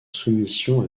soumission